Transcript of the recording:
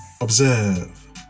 observe